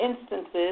instances